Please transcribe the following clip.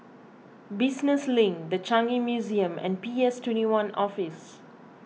Business Link the Changi Museum and P S twenty one Office